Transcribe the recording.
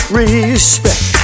respect